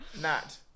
Nat